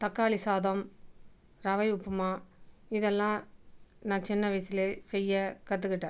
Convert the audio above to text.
தக்காளி சாதம் ரவை உப்புமா இதெல்லாம் நான் சின்ன வயசுலே செய்ய கற்றுக்கிட்டேன்